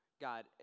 God